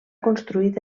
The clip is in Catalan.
construït